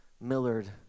Millard